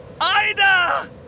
Ida